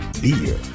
beer